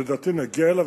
לדעתי נגיע אליו,